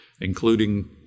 including